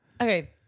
Okay